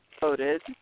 voted